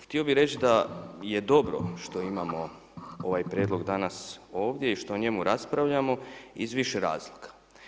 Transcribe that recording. Htio bih reći da je dobro što imamo ovaj Prijedlog danas i što o njemu raspravljamo iz više razloga.